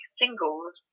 singles